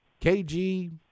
KG